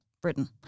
Britain